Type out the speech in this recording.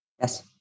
Yes